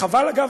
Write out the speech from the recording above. חבל, אגב,